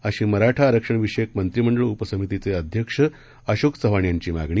अशी मराठा आरक्षण विषयक मंत्रिमंडळ उपसमितीचे अध्यक्ष अशोक चव्हाण यांची मागणी